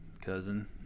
cousin